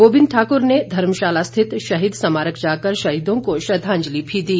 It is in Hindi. गोविंद ठाकुर ने धर्मशाला स्थित शहीद स्मारक जाकर शहीदों को श्रद्धांजलि भी दी